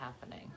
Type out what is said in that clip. happening